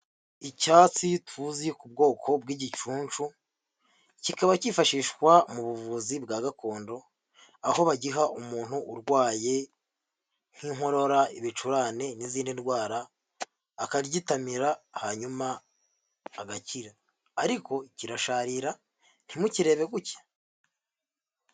Icyatsi tuzi ku bwoko bw'igicuncu, kikaba cyifashishwa mu buvuzi bwa gakondo, aho bagiha umuntu urwaye nk'inkorora, ibicurane n'izindi ndwara, akagitamira hanyuma agakira, ariko kirasharira ntimukirebe gutya.